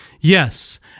Yes